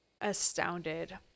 astounded